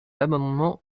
l’amendement